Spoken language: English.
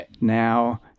now